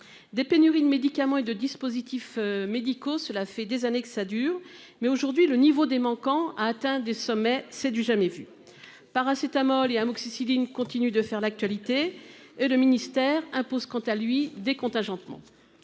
des pénuries de médicaments et de dispositifs médicaux. Cela fait des années que ça dure. Mais aujourd'hui, le niveau des manquants a atteint des sommets. C'est du jamais vu. Paracétamol et Amoxicilline continue de faire l'actualité et le ministère impose quant à lui des contingentements.